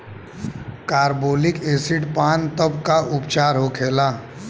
Carbolic acid पान तब का उपचार होखेला?